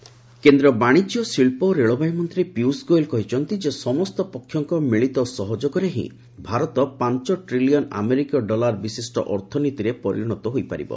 ପୀୟଷ ଗୋଏଲ କେନ୍ଦ୍ର ବାଣିଜ୍ୟ ଶିଳ୍ପ ଓ ରେଳବାଇ ମନ୍ତ୍ରୀ ପୀୟୂଷ ଗୋଏଲ କହିଛନ୍ତି ଯେ ସମସ୍ତ ପକ୍ଷଙ୍କ ମିଳିତ ସହଯୋଗରେ ହିଁ ଭାରତ ପାଞ୍ଚ ଟିଲିୟନ୍ ଆମେରିକୀୟ ଡଲାର ବିଶିଷ୍ଟ ଅର୍ଥନୀତିରେ ପରିଷତ ହୋଇପାରିବ